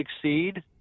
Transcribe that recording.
succeed